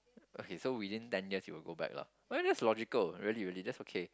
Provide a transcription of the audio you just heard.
okay so within ten years you will go back lah well that's logical really really that's okay